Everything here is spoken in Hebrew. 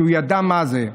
כי הוא ידע מה זה.